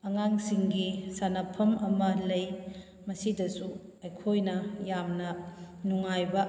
ꯑꯉꯥꯡꯁꯤꯡꯒꯤ ꯁꯥꯟꯅꯐꯝ ꯑꯃ ꯂꯩ ꯃꯁꯤꯗꯁꯨ ꯑꯩꯈꯣꯏꯅ ꯌꯥꯝꯅ ꯅꯨꯡꯉꯥꯏꯕ